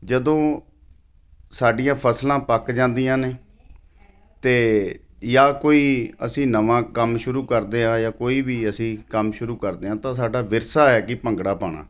ਜਦੋਂ ਸਾਡੀਆਂ ਫ਼ਸਲਾਂ ਪੱਕ ਜਾਂਦੀਆਂ ਨੇ ਅਤੇ ਜਾਂ ਕੋਈ ਅਸੀਂ ਨਵਾਂ ਕੰਮ ਸ਼ੁਰੂ ਕਰਦੇ ਹਾਂ ਜਾਂ ਕੋਈ ਵੀ ਅਸੀਂ ਕੰਮ ਸ਼ੁਰੂ ਕਰਦੇ ਹੈ ਤਾਂ ਸਾਡਾ ਵਿਰਸਾ ਹੈ ਕਿ ਭੰਗੜਾ ਪਾਉਣਾ